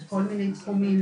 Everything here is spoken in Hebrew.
בכל מיני תחומים,